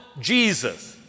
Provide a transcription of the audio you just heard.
Jesus